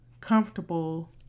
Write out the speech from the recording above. comfortable